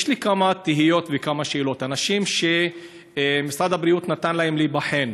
יש לי כמה תהיות וכמה שאלות: אנשים שמשרד הבריאות נתן להם להיבחן,